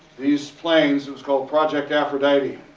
these planes, it was called project aphrodite,